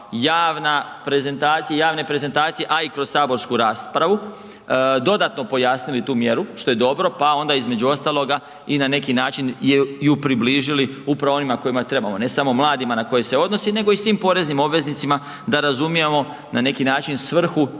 javna, javne prezentacije, a i kroz saborsku raspravu dodatno pojasnili tu mjeru, što je dobro, pa onda i između ostaloga i na neki način ju približili upravo onima kojima trebamo. Ne samo mladima na koje se odnosi, nego i svim poreznim obveznicima da razumijemo na neki način svrhu